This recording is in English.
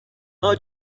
are